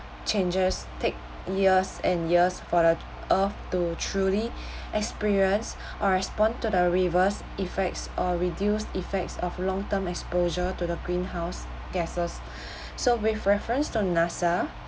changes take years and years for the earth to truly experience or respond to the reverse effects or reduce effects of long term exposure to the greenhouse gases so we've referenced to NASA